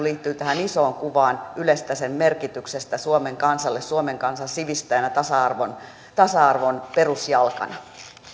liittyy tähän isoon kuvaan ylestä sen merkityksestä suomen kansalle suomen kansan sivistäjänä ja tasa arvon perusjalkana